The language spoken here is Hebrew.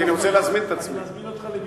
כי אני רוצה להזמין את עצמי.